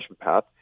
path